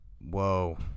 Whoa